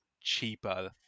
cheaper